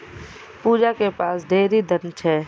पूजा के पास ढेरी धन छै